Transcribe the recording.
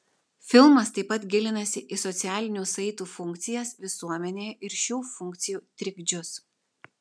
filmas taip pat gilinasi į socialinių saitų funkcijas visuomenėje ir šių funkcijų trikdžius